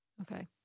Okay